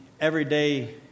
everyday